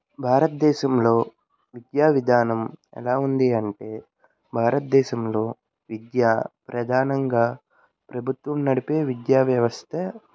భారతదేశంలో విద్యా విధానం ఎలా ఉంది అంటే భారతదేశంలో విద్యా ప్రధానంగా ప్రభుత్వం నడిపే విద్యా వ్యవస్థ